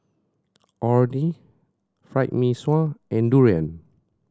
Orh Nee Fried Mee Sua and durian